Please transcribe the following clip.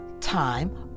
time